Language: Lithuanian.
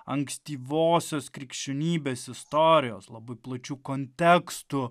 ankstyvosios krikščionybės istorijos labai plačiu kontekstu